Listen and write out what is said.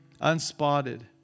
unspotted